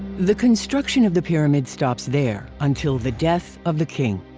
the construction of the pyramid stops there, until the death of the king.